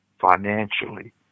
financially